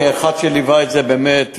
כאחד שליווה את זה באמת,